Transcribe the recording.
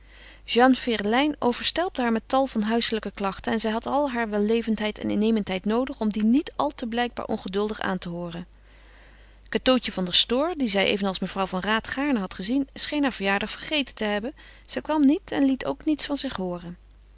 jeanne ferelijn overstelpte haar met tal van huiselijke klachten en zij had al haar wellevendheid en innemendheid noodig om die niet al te blijkbaar ongeduldig aan te hooren cateautje van der stoor die zij evenals mevrouw van raat gaarne had gezien scheen haar verjaardag vergeten te hebben zij kwam niet en liet ook niets van zich hooren